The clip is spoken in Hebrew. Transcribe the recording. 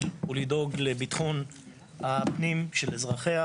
הוא לדאוג לביטחון הפנים של אזרחיה,